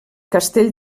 castell